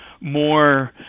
more